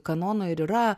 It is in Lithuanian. kanono ir yra